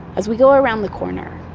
as we go around the corner,